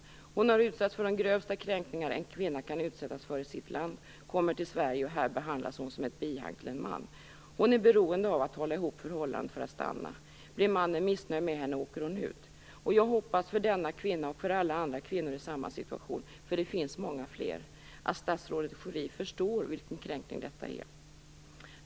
Hon har i sitt land utsatts för de grövsta kränkningar en kvinna kan utsättas för, kommer till Sverige och här behandlas hon som ett bihang till en man. Hon är beroende av att hålla ihop förhållandet för att få stanna. Blir mannen missnöjd med henne åker hon ut. Jag hoppas för denna kvinna och för alla andra kvinnor i samma situation - det finns många fler - att statsrådet Schori förstår vilken kränkning detta är.